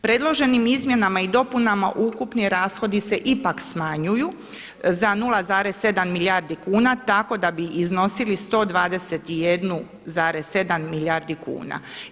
Predloženim izmjenama i dopunama ukupni rashodi se ipak smanjuju za 0,7 milijardi kuna, tako da bi iznosili 121,7 milijardi kuna.